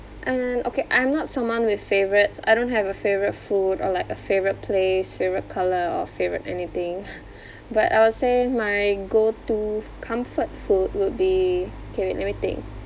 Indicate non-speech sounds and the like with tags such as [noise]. and okay I'm not someone with favourites I don't have a favourite food or like a favourite place favourite colour or favourite anything [noise] but I will say my go-to comfort food would be K wait let me think